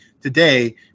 today